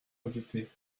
invités